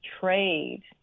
trade